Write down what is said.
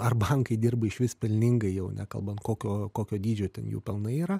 ar bankai dirba išvis pelningai jau nekalbant kokio kokio dydžio ten jų pelnai yra